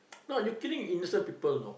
no you killing innocent people you know